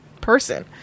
person